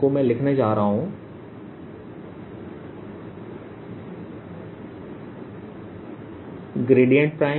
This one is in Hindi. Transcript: को मैं लिखने जा रहा हूं Pr